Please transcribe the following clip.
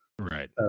right